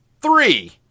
Three